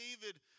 David